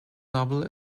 novel